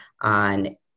on